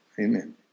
Amen